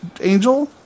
angel